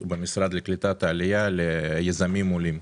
במשרד לקליטת העלייה ליזמים עולים.